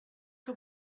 que